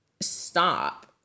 stop